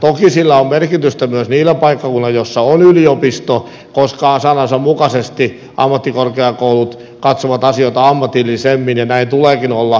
toki sillä on merkitystä myös niillä paikkakunnilla joilla on yliopisto koska sanansa mukaisesti ammattikorkeakoulut katsovat asioita ammatillisemmin ja näin tuleekin olla